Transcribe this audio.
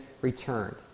returned